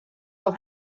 will